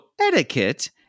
etiquette